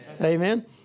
Amen